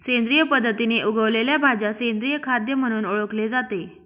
सेंद्रिय पद्धतीने उगवलेल्या भाज्या सेंद्रिय खाद्य म्हणून ओळखले जाते